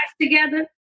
together